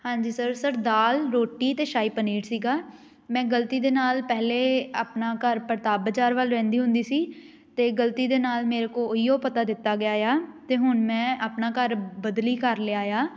ਹਾਂਜੀ sir sir ਦਾਲ ਰੋਟੀ ਅਤੇ ਸ਼ਾਹੀ ਪਨੀਰ ਸੀਗਾ ਮੈਂ ਗਲਤੀ ਦੇ ਨਾਲ ਪਹਿਲੇ ਆਪਣਾ ਘਰ ਪ੍ਰਤਾਪ ਬਾਜ਼ਾਰ ਵੱਲ ਰਹਿੰਦੀ ਹੁੰਦੀ ਸੀ ਅਤੇ ਗਲਤੀ ਦੇ ਨਾਲ ਮੇਰੇ ਕੋਲ ਓਹੀ ਓ ਪਤਾ ਦਿੱਤਾ ਗਿਆ ਆ ਅਤੇ ਹੁਣ ਮੈਂ ਆਪਣਾ ਘਰ ਬਦਲੀ ਕਰ ਲਿਆ ਆ